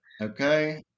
okay